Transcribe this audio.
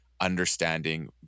understanding